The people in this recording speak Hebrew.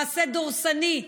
מעשה דורסני,